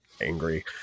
angry